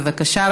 בבקשה.